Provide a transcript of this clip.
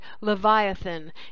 Leviathan